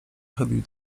chybił